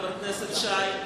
חבר הכנסת שי,